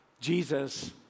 Jesus